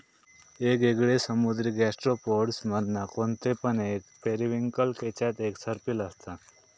येगयेगळे समुद्री गैस्ट्रोपोड्स मधना कोणते पण एक पेरिविंकल केच्यात एक सर्पिल असता